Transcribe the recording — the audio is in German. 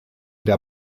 der